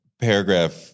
paragraph